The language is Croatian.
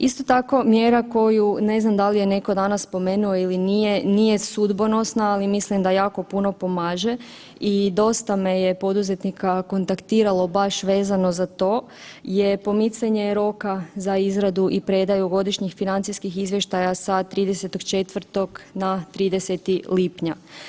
Isto tako mjera koju, ne znam dal je neko danas spomenuo ili nije, nije sudbonosna, ali mislim da jako puno pomaže i dosta me je poduzetnika kontaktiralo baš vezano za to, je pomicanje roka za izradu i predaju godišnjih financijskih izvještaja sa 30.4. na 30. lipnja.